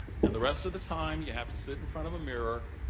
and the rest of the time, you have to sit in front of a mirror,